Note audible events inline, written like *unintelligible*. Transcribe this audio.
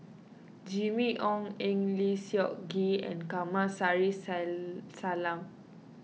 Jimmy Ong Eng Lee Seok Chee and Kamsari *unintelligible* Salam